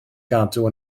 gadw